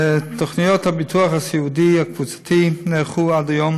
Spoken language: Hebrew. תוכניות הביטוח הסיעודי הקבוצתי נערכו עד היום